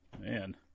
Man